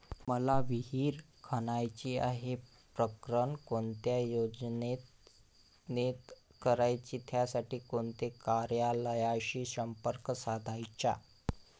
मला विहिर खणायची आहे, प्रकरण कोणत्या योजनेत करायचे त्यासाठी कोणत्या कार्यालयाशी संपर्क साधायचा?